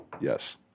Yes